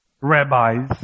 rabbis